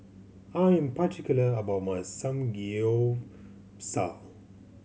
I am particular about my Samgyeopsal